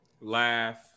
laugh